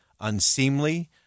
unseemly